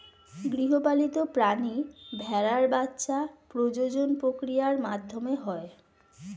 গৃহপালিত প্রাণী ভেড়ার বাচ্ছা প্রজনন প্রক্রিয়ার মাধ্যমে হয়